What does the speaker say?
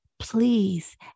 Please